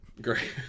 Great